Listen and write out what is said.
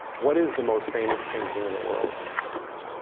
what is the most famous painting in the world?